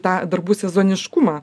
tą darbų sezoniškumą